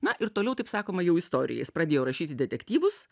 na ir toliau taip sakoma jau istorija jis pradėjo rašyti detektyvus